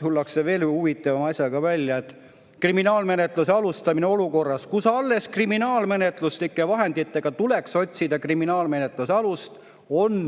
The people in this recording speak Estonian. Tullakse veelgi huvitavama asjaga välja: "Kriminaalmenetluse alustamine olukorras, kus alles kriminaalmenetluslike vahenditega tuleks otsida kriminaalmenetluse alust, on